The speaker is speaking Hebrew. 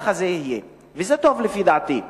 ככה זה יהיה, וזה טוב לפי דעתי,